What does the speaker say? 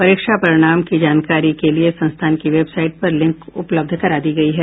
परीक्षा परिणाम की जानकारी के लिये संस्थान की वेबसाइट पर लिंक उपलब्ध करा दी गई है